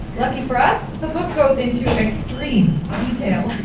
lucky for us the book goes into extreme detail.